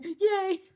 Yay